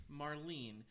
Marlene